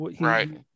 right